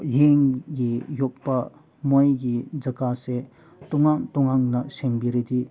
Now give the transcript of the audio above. ꯌꯦꯟꯒꯤ ꯌꯣꯛꯄ ꯃꯣꯏꯒꯤ ꯖꯒꯥꯁꯦ ꯇꯣꯉꯥꯟ ꯇꯣꯉꯥꯟꯅ ꯁꯦꯝꯕꯤꯔꯗꯤ